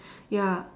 ya